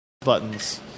buttons